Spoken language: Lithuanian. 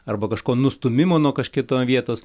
arba kažko nustūmimo nuo kažkieto vietos